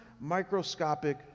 microscopic